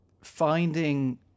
finding